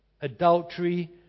adultery